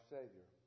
Savior